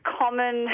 common